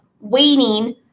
waiting